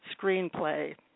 screenplay